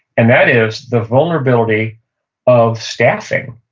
and that is the vulnerability of staffing.